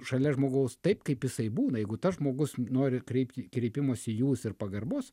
šalia žmogaus taip kaip jisai būna jeigu tas žmogus nori kreipti kreipimosi į jūs ir pagarbos